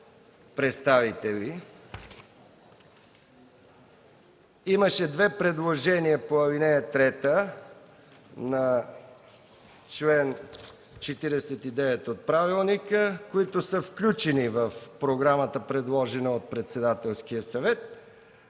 представители. Имаше две предложения по ал. 3 на чл. 49 от правилника, които са включени в програмата, предложена на Председателския съвет.